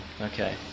okay